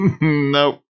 nope